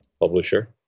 publisher